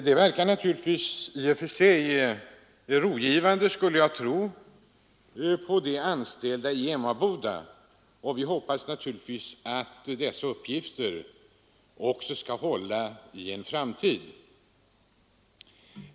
Jag skulle tro att detta i och för sig verkar rogivande på de anställda i Emmaboda, och vi hoppas naturligtvis att dessa uppgifter också skall hålla i framtiden.